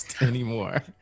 anymore